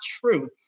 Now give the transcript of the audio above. true